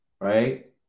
Right